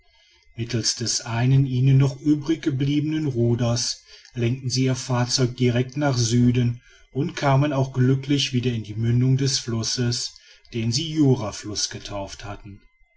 mittels des einen ihnen noch übrig gebliebenen ruders lenkten sie ihr fahrzeug direkt nach süden und kamen auch glücklich wieder in die mündung des flusses den sie jurafluß getauft hatten